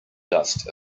dust